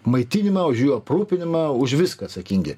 maitinimą už jų aprūpinimą už viską atsakingi